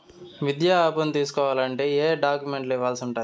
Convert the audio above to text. విద్యా అప్పును తీసుకోవాలంటే ఏ ఏ డాక్యుమెంట్లు ఇవ్వాల్సి ఉంటుంది